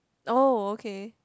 oh okay